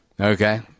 Okay